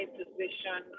position